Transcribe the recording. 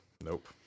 nope